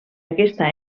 aquesta